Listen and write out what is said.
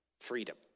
freedom